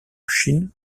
chine